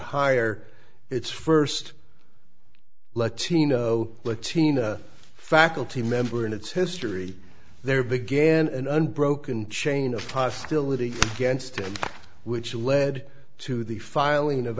hire its first latino latino faculty member in its history there began an unbroken chain of hostility against him which led to the filing of